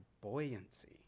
buoyancy